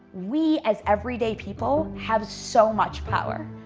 we, as everyday people, have so much power.